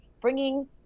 bringing